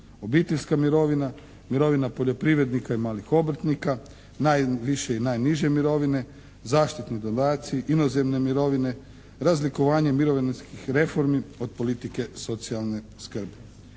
Obiteljska mirovina, mirovina poljoprivrednika i malih obrtnika, najviše i najniže mirovine, zaštitni dodatci, inozemne mirovine, razlikovanje mirovinskih reformi od politike socijalne skrbi.